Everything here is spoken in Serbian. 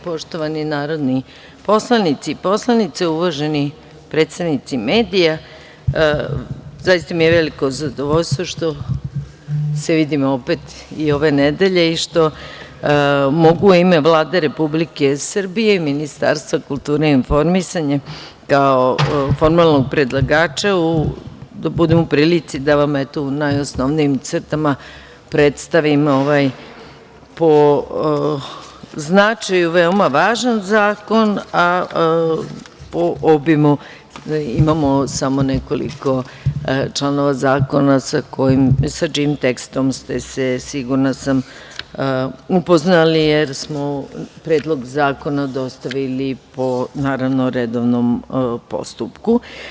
Poštovani narodni poslanici i poslanice, uvaženi predstavnici medija, zaista mi je veliko zadovoljstvo što se vidimo opet i ove nedelje i što mogu u ime Vlade Republike Srbije i Ministarstva kulture i informisanja, kao formalnog predlagača, da budem u prilici da vam u najosnovnijim crtama predstavimo ovaj po značaju veoma važan zakon, a po obimu imamo samo nekoliko članova zakona, sa čijim tekstom ste se, sigurna sam, upoznali, jer smo Predlog zakona dostavili po redovnom postupku.